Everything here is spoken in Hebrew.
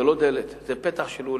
זו לא דלת, זה פתח של אולם.